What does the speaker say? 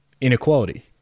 inequality